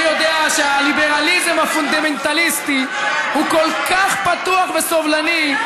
אני יודע שהליברליזם הפונדמנטליסטי הוא כל כך פתוח וסובלני,